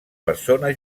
persona